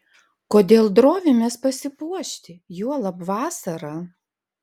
kodėl drovimės pasipuošti juolab vasarą